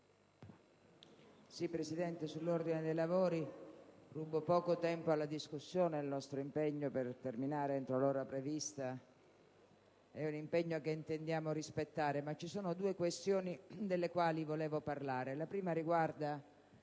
Presidente, rubo poco tempo alla discussione e al nostro impegno per terminare entro l'ora prevista. È un impegno che intendiamo rispettare, ma ci sono due questioni delle quali vorrei parlare. La prima riguarda